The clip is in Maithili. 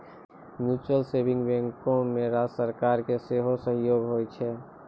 म्यूचुअल सेभिंग बैंको मे राज्य सरकारो के सेहो सहयोग होय छै